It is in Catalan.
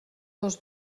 dos